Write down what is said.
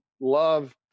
love